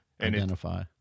identify